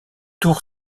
tour